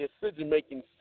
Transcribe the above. decision-making